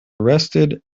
arrested